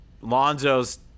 Lonzo's